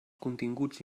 continguts